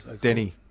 Denny